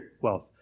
wealth